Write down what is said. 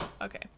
okay